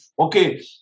okay